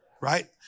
right